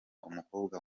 umukobwa